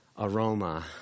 Aroma